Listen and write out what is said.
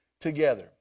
together